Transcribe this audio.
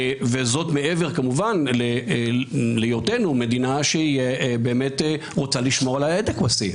וזאת מעבר כמובן להיותנו מדינה שהיא באמת רוצה לשמור על ההדק בשיא,